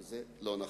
וזה לא נכון.